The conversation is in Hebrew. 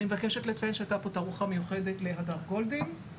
אני מבקשת לציין שהייתה פה תערוכה מיוחדת להדר גולדין,